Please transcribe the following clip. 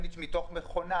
מספיק בכל תחנה.